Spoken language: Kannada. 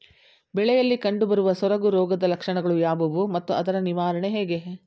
ಬೆಳೆಯಲ್ಲಿ ಕಂಡುಬರುವ ಸೊರಗು ರೋಗದ ಲಕ್ಷಣಗಳು ಯಾವುವು ಮತ್ತು ಅದರ ನಿವಾರಣೆ ಹೇಗೆ?